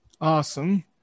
Awesome